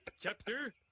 chapter